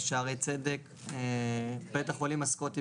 זה עולה עשרות, אם לא מאות, מיליוני שקלים.